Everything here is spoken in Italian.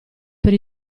per